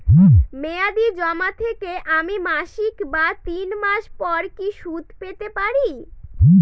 মেয়াদী জমা থেকে আমি মাসিক বা তিন মাস পর কি সুদ পেতে পারি?